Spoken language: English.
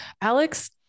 Alex